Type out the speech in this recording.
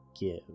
give